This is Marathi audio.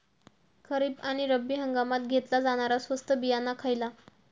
खरीप आणि रब्बी हंगामात घेतला जाणारा स्वस्त बियाणा खयला?